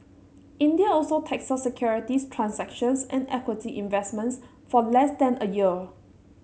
India also taxes securities transactions and equity investments for less than a year